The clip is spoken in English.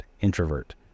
introvert